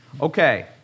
Okay